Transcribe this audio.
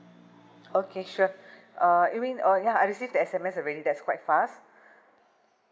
okay sure uh you mean orh ya I receive the S_M_S already that's quite fast